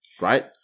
right